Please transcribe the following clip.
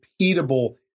repeatable